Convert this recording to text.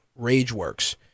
Rageworks